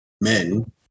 men